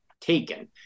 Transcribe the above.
taken